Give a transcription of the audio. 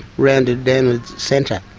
round and in and centre.